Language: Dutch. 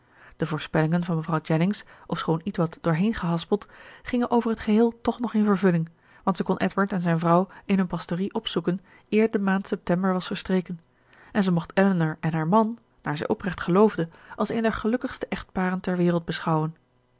de voorspellingen van mevrouw jennings ofschoon ietwat dooreengehaspeld gingen over t geheel toch nog in vervulling want zij kon edward en zijn vrouw in hun pastorie opzoeken eer de maand september was verstreken en zij mocht elinor en haar man naar zij oprecht geloofde als een der gelukkigste echtparen ter wereld beschouwen